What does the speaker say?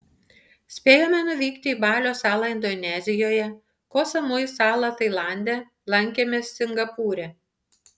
spėjome nuvykti į balio salą indonezijoje koh samui salą tailande lankėmės singapūre